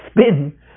spin